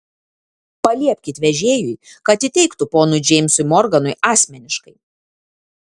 paliepkit vežėjui kad įteiktų ponui džeimsui morganui asmeniškai